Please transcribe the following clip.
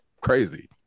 crazy